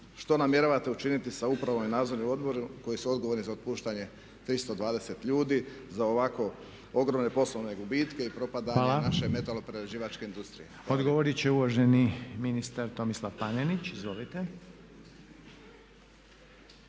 što namjeravate učiniti sa upravom i nadzornim odborom koji su odgovorni za otpuštanje 320 ljudi, za ovako ogromne poslovne gubitke i propadanje naše metaloprerađivačke industrije? **Reiner, Željko (HDZ)** Odgovorit će uvaženi ministar Tomislav Panenić. Izvolite.